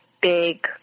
big